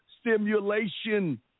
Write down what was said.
stimulation